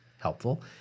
helpful